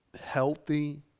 healthy